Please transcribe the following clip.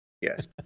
Yes